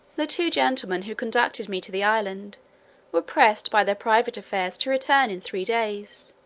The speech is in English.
the two gentlemen, who conducted me to the island were pressed by their private affairs to return in three days,